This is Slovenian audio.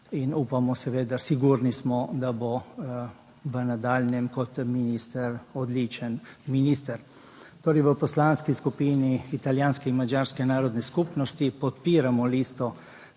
in upamo seveda, sigurni smo, da bo v nadaljnjem kot minister odličen minister. Torej, v Poslanski skupini Italijanske in madžarske narodne skupnosti podpiramo listo